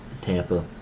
Tampa